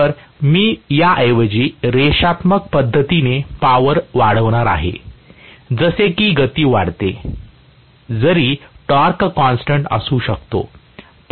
तर मी याऐवजी रेषात्मक पध्दतीने पॉवर वाढवणार आहे जसे की गती वाढते जरी टॉर्क कॉन्स्टन्ट असू शकतो